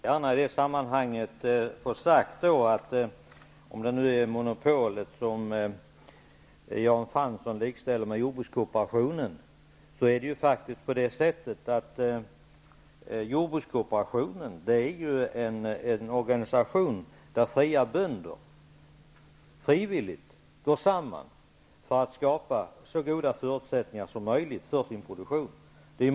Herr talman! Om Jan Fransson likställer jordbrukskooperationen och monopolen vill jag faktiskt gärna få sagt att jordbrukskooperationen är en organisation där fria bönder frivilligt går samman för att skapa så goda förutsättningar som möjligt för sin produktion.